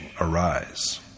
arise